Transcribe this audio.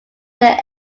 there